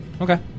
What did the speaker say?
Okay